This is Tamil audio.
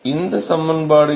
இந்த சமன்பாடு என்ன